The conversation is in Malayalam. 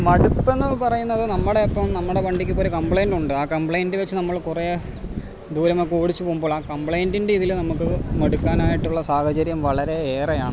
മടുപ്പെന്നു പറയുന്നത് നമ്മുടെ ഇപ്പോൾ നമ്മുടെ വണ്ടിക്ക് ഇപ്പോൽ ഒരു കംപ്ലൈൻ്റ് ഉണ്ട് ആ കംപ്ലൈൻ്റ് വെച്ച് നമ്മൾ കുറെ ദൂരമൊക്കെ ഓടിച്ചു പോകുമ്പോൾ ആ കംപ്ലൈൻ്റിൻ്റെ ഇതിൽ നമുക്ക് മടുക്കാനായിട്ടുള്ള സാഹചര്യം വളരെ ഏറെ ആണ്